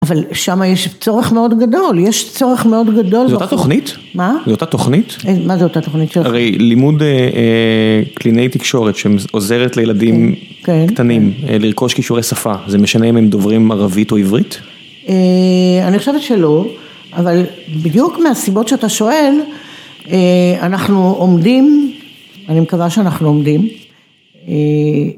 אבל שם יש צורך מאוד גדול, יש צורך מאוד גדול. - זו אותה תוכנית? - מה? - זו אותה תוכנית? מה זו אותה תוכנית? הרי לימוד כליני תקשורת שעוזרת לילדים קטנים לרכוש קישורי שפה, זה משנה אם הם דוברים ערבית או עברית? - אני חושבת שלא, אבל בדיוק מהסיבות שאתה שואל אנחנו עומדים, אני מקווה שאנחנו עומדים